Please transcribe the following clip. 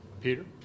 Peter